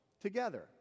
together